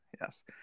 yes